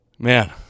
Man